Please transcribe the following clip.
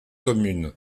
communes